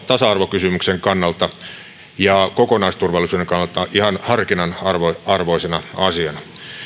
tasa arvokysymyksen kannalta ja kokonaisturvallisuuden kannalta ihan harkinnanarvoisena asiana